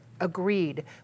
agreed